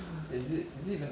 因为因为 COVID